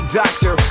doctor